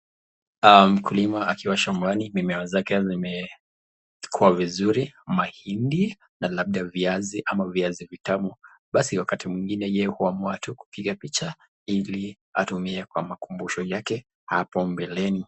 Mkulima akiwa shambani, mimea zake zimekuwa vizuri, mahindi na labda viazi ama viazi vitamu. Basi wakati mwingine yeye huamua tu kupiga picha, ili atumie kwa makumbusho yake hapo mbeleni.